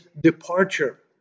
departure